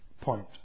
point